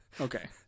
Okay